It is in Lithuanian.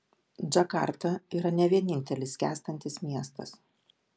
džakarta yra ne vienintelis skęstantis miestas